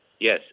Yes